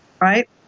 right